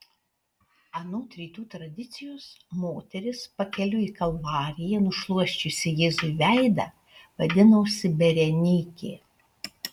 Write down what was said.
anot rytų tradicijos moteris pakeliui į kalvariją nušluosčiusi jėzui veidą vadinosi berenikė